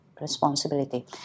responsibility